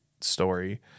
story